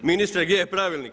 Ministre gdje je pravilnik.